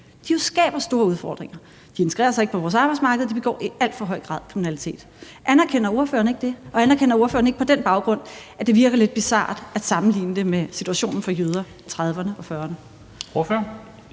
jo skaber store udfordringer: De integrerer sig ikke på vores arbejdsmarked, og de begår i alt for høj grad kriminalitet. Anerkender ordføreren ikke det, og anerkender ordføreren ikke på den baggrund, at det virker lidt bizart at sammenligne det med situationen for jøder i 1930'erne og 1940'erne? Kl.